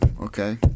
Okay